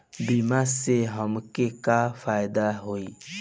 बीमा से हमके का फायदा होई?